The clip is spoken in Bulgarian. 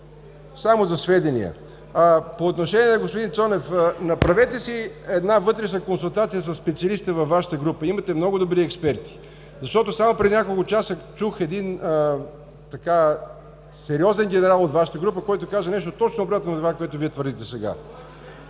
Само за сведение. По отношение на господин Цонев – направете си една вътрешна консултация със специалисти във Вашата група, имате много добри експерти. Защото само преди няколко часа чух един така сериозен генерал от Вашата група, който каза нещо, точно обратно на това, което Вие твърдите сега.